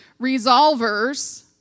resolvers